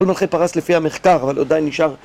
כל מלכי פרס לפי המחקר אבל עדיין נשאר